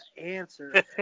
answer